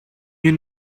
you